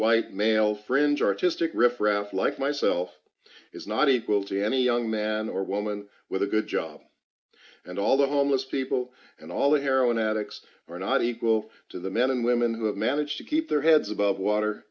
white male fringe artistic riffraff like myself is not equal to any young man or woman with a good job and all the homeless people and all the heroin addicts are not equal to the men and women who have managed to keep their heads above water